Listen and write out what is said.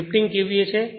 તે 15 KVA છે